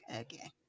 okay